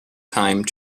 time